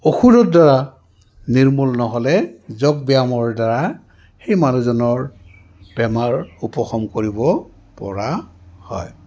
ঔষধদ্বাৰা নিৰ্মূল নহ'লে যোগ ব্যায়ামৰ দ্বাৰা সেই মানুহজনৰ বেমাৰ উপশম কৰিব পৰা হয়